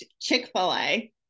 Chick-fil-A